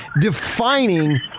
defining